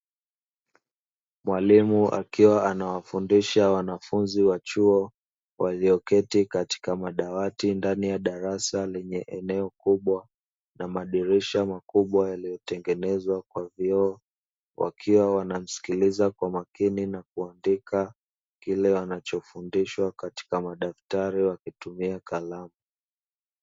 Mwalimu akiwa anawafundisha wanafunzi wa chuo, walioketi katika madawati ndani ya darasa lenye eneo kubwa na madirisha makubwa yaliyotengenezwa kwa vioo. Wakiwa wanamsikiliza kwa makini na kuandika kile wanachofundishwa katika madaftari wakitumia kalamu.